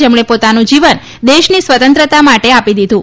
જેમણે પોતાનું જીવન દેશની સ્વતંત્રતા માટે આપી દીધું